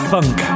Funk